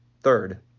Third